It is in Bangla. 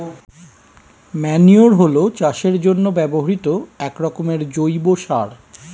ম্যান্যুর হলো চাষের জন্য ব্যবহৃত একরকমের জৈব সার